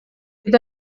bydd